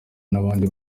n’abandi